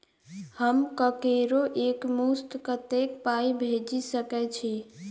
हम ककरो एक मुस्त कत्तेक पाई भेजि सकय छी?